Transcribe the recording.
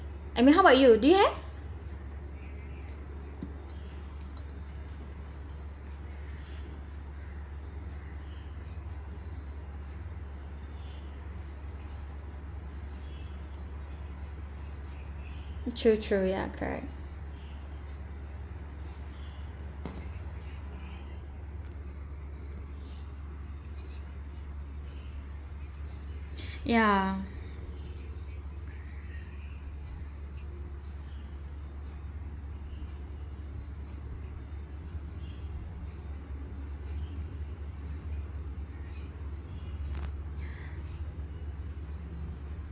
I mean how bout you do you have true true ya correct ya